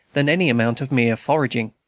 than any amount of mere foraging.